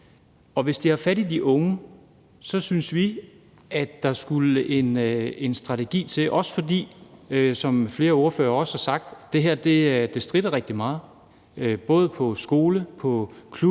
og hvis det har fat i de unge, synes vi, at der skulle en strategi til, også fordi det, som flere ordførere også har sagt, stritter rigtig meget både i forhold